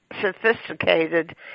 sophisticated